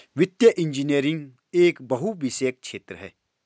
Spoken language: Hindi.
वित्तीय इंजीनियरिंग एक बहुविषयक क्षेत्र है